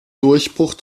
durchbruch